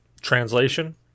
translation